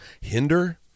Hinder